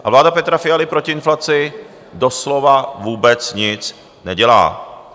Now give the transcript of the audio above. A vláda Petra Fialy proti inflaci doslova vůbec nic nedělá.